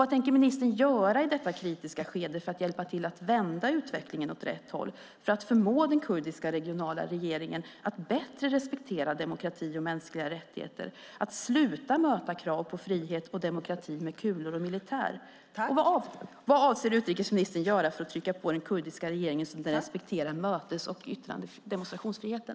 Vad tänker ministern göra i detta kritiska skede för att hjälpa till att vända utvecklingen åt rätt håll, för att förmå den kurdiska regionala regeringen att bättre respektera demokrati och mänskliga rättigheter och att sluta möta krav på frihet och demokrati med kulor och militär? Vad avser utrikesministern att göra för att trycka på den kurdiska regeringen så att den respekterar mötes och demonstrationsfriheten?